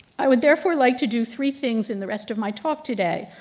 i would therefore like to do three things in the rest of my talk today.